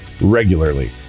regularly